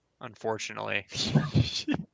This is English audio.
unfortunately